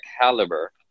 caliber